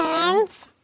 Hands